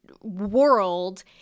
world